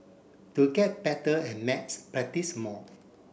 to get better at maths practise more